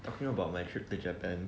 talking about my trip to japan